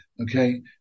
okay